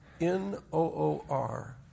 N-O-O-R